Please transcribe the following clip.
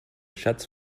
schatz